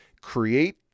create